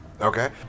Okay